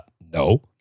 no